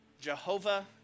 Jehovah